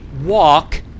walk